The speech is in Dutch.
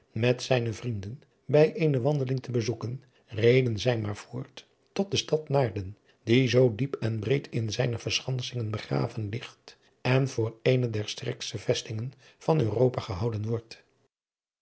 met zijne vrienden bij eene wandeling te bezoeken reden zij maar voort tot de stad naarden die zoo diep en breed in zijne verschansingen begraven ligt en voor eene der sterkste vestingen van europa gehouden wordt